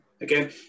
again